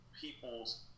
people's